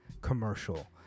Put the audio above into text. commercial